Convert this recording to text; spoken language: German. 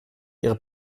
ihre